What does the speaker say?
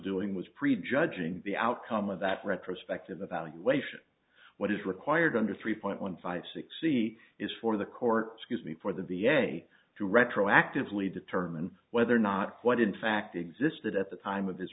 doing was prejudging the outcome of that retrospective evaluation what is required under three point one five six c is for the court scuse me for the v a to retroactively determine whether or not what in fact existed at the time of his